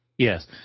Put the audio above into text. Yes